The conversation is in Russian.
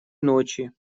ночи